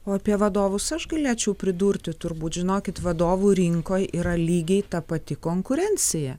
o apie vadovus aš galėčiau pridurti turbūt žinokit vadovų rinkoj yra lygiai ta pati konkurencija